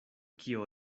kio